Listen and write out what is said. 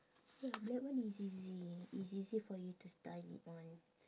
eh black one is easy it's easier for you to style it on